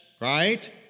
right